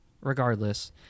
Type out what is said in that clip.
Regardless